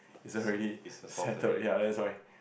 is already settled ya that's why